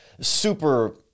super